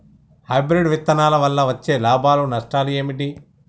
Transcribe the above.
Hybrid విత్తనాల వల్ల వచ్చే లాభాలు నష్టాలు ఏమిటి?